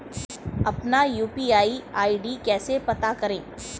अपना UPI ID कैसे पता करें?